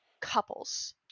couples